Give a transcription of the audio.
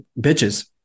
bitches